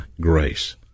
grace